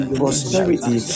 prosperity